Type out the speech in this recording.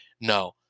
no